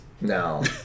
no